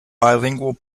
bilingual